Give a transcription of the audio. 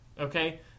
okay